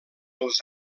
els